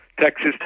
Texas